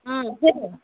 সেইটোৱে